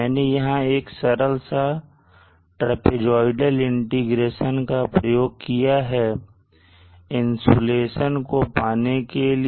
मैंने यहां एक सरल सा trapezoidal integration का प्रयोग किया है इंसुलेशन को पाने के लिए